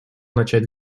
начать